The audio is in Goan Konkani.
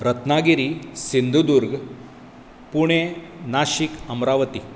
रत्नागिरी सिंधुदूर्ग पुणे नाशीक अम्रावती